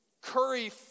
curry